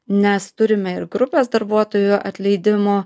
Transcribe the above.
nes turime ir grupės darbuotojų atleidimų